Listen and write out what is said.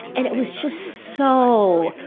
and it was just so.